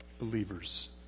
believers